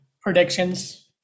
predictions